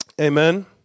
amen